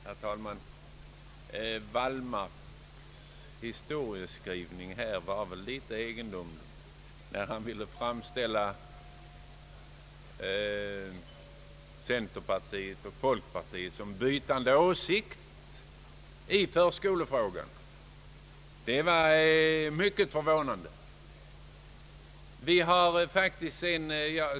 Herr talman! Herr Wallmarks historieskrivning var litet egendomlig. Han ville framhålla att centerpartiet och folkpartiet bytt åsikt i förskolefrågan. Det var verkligen en förvånande beskrivning.